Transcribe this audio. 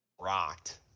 rocked